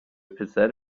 پسر